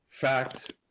Fact